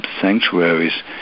sanctuaries